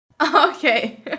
okay